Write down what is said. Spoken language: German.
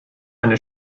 eine